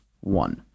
one